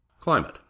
climate